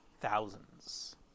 Thousands